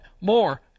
More